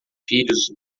filhos